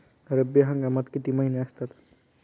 रब्बी हंगामात किती महिने असतात?